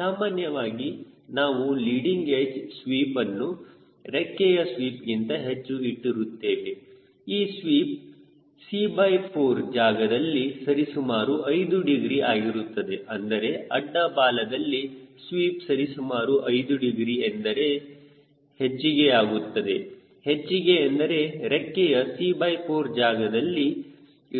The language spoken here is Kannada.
ಸಾಮಾನ್ಯವಾಗಿ ನಾವು ಲೀಡಿಂಗ್ ಎಡ್ಚ್ ಸ್ವೀಪ್ ಅನ್ನು ರೆಕ್ಕೆಯ ಸ್ವೀಪ್ಗಿಂತ ಹೆಚ್ಚು ಇಟ್ಟಿರುತ್ತೇವೆ ಆ ಸ್ವೀಪ್ c4 ಜಾಗದಲ್ಲಿ ಸರಿಸುಮಾರು 5 ಡಿಗ್ರಿ ಆಗಿರುತ್ತದೆ ಅಂದರೆ ಅಡ್ಡ ಬಾಲದಲ್ಲಿ ಸ್ವೀಪ್ ಸರಿಸುಮಾರು 5 ಡಿಗ್ರಿ ಎಂದರೆ ಹೆಚ್ಚಿಗೆಯಾಗುತ್ತದೆ ಹೆಚ್ಚಿಗೆ ಎಂದರೆ ರೆಕ್ಕೆಯ c4ಜಾಗದಲ್ಲಿ